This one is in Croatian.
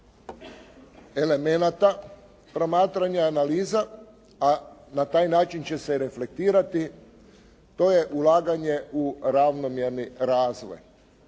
elemenata promatranja i analiza, a na taj način će se reflektirati, to je ulaganje u ravnomjerni razvoj.